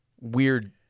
weird –